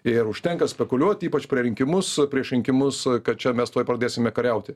ir užtenka spekuliuoti ypač prie rinkimus prieš rinkimus kad čia mes tuoj pradėsime kariauti